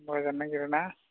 बया जानो नागिरो ना